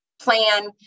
plan